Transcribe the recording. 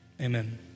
amen